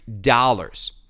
dollars